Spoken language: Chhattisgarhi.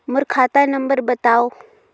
मोर खाता नम्बर बताव?